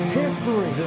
history